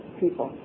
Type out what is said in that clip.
people